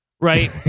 right